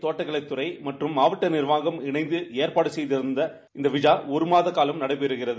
தோட்டக்கலைத் துறை மற்றும் மாவட்ட நிர்வாகம் இணைந்து இன்று ஏற்பாடு செய்திருந்த இந்த விழா ஒருமாதக் காலம் நடைபெற உள்ளது